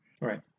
Right